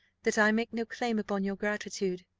that i make no claim upon your gratitude?